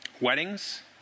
Weddings